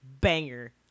banger